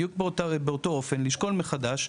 בדיוק באותו אופן לשקול מחדש,